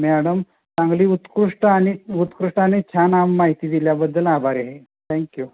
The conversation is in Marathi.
मॅडम चांगली उत्कृष्ट आणि उत्कृष्ट आणि छान माहिती दिल्याबद्दल आभार आहे थँक्यू